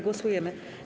Głosujemy.